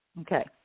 Okay